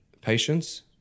Patience